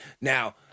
Now